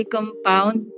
Compound